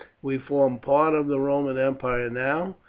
we form part of the roman empire now,